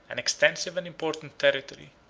an extensive and important territory,